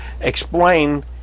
explain